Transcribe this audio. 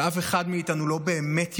אבל אף אחד מאיתנו לא באמת יודע,